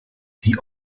wie